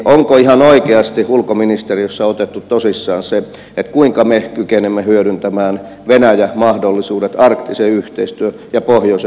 onko ihan oikeasti ulkoministeriössä otettu tosissaan se kuinka me kykenemme hyödyntämään venäjä mahdollisuudet arktisen yhteistyön ja pohjoisen ulottuvuuden